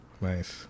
Nice